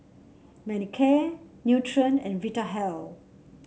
Manicare Nutren and Vitahealth